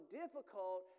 difficult